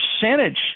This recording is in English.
percentage